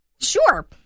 Sure